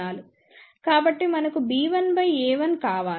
కాబట్టి మనకు b1 by a1 కావాలి